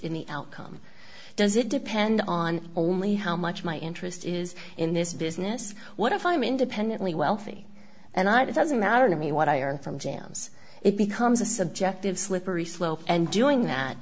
in the outcome does it depend on only how much my interest is in this business what if i'm independently wealthy and i doesn't matter to me what i earn from jams it becomes a subjective slippery slope and doing that